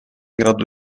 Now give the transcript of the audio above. grado